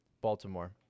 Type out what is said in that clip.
Baltimore